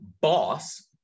boss